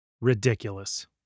ridiculous